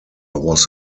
was